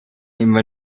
immer